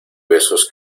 besos